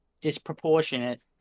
Disproportionate